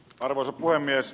arvoisa puhemies